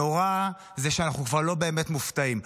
נורא בזה שאנחנו כבר לא באמת מופתעים,